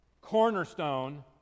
cornerstone